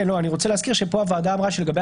אני רוצה להזכיר שפה הוועדה אמרה שלגבי